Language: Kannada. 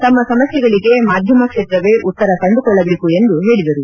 ತಮ್ಮ ಸಮಸ್ಥೆಗಳಿಗೆ ಮಾದ್ಯಮ ಕ್ಷೇತ್ರವೇ ಉತ್ತರ ಕಂಡುಕೊಳ್ಳುಬೇಕು ಎಂದು ಹೇಳಿದರು